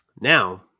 Now